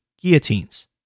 guillotines